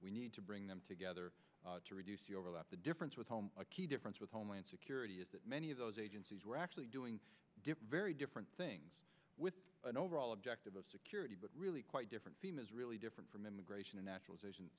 we need to bring them together to reduce the overlap the difference with home a key difference with homeland security is that many of those agencies were actually doing very different things with an overall objective of security but really quite different theme is really different from immigration and naturalization